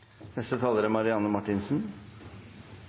neste taler, som er